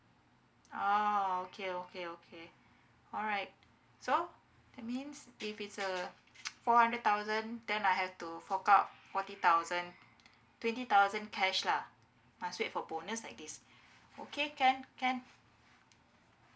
oh okay okay okay alright so that means if it's a four hundred thousand then I have to fork out forty thousand twenty thousand cash lah must wait for bonus like this okay can can